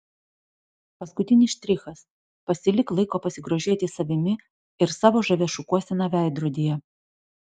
paskutinis štrichas pasilik laiko pasigrožėti savimi ir savo žavia šukuosena veidrodyje